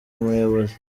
umuyobozi